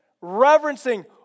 reverencing